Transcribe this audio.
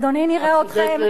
אדוני, נראה אתכם.